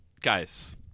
guys